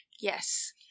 Yes